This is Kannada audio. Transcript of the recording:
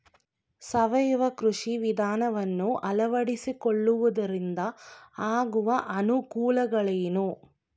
ಸಾವಯವ ಕೃಷಿ ವಿಧಾನವನ್ನು ಅಳವಡಿಸಿಕೊಳ್ಳುವುದರಿಂದ ಆಗುವ ಅನುಕೂಲಗಳೇನು?